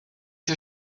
you